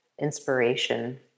inspiration